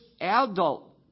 adult